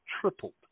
tripled